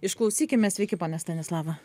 išklausykime sveiki ponia stanislava